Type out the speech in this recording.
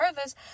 others